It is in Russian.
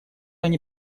они